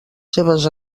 seves